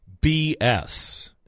BS